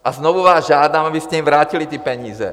A znovu vás žádám, abyste jim vrátili ty peníze.